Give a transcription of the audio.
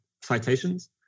citations